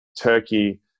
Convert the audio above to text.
turkey